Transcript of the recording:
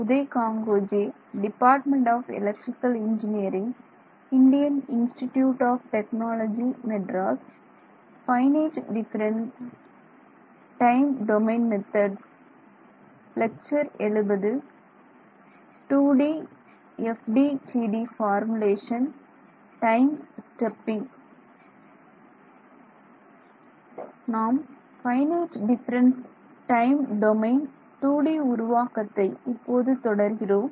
நாம் finite difference time domain 2D உருவாக்கத்தை இப்போது தொடர்கிறோம்